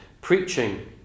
preaching